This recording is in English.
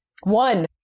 One